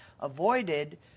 avoided